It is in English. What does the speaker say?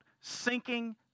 sinking